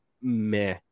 meh